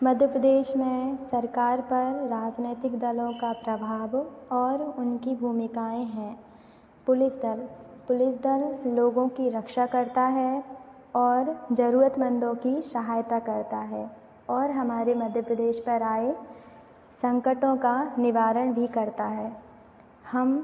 मध्य प्रदेश में सरकार पर राजनैतिक दलों का प्रभाव और उनकी भूमिकाएँ हैं पुलिस दल पुलिस दल लोगों की रक्षा करता है और ज़रूरतमंदों की सहायता करता है और हमारे मध्य प्रदेश पर आए संकटों का निवारण भी करता है हम